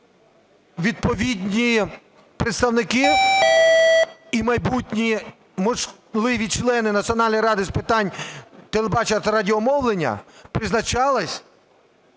відповідні представники і майбутні можливі члени Національної ради з питань телебачення та радіомовлення призначались